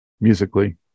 musically